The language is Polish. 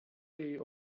jej